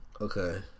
Okay